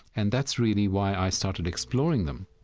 and that's really why i started exploring them